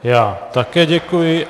Já také děkuji.